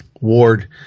Ward